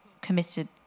committed